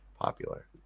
popular